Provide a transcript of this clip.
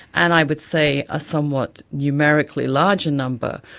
and i would say a somewhat numerically larger number,